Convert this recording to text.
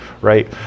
right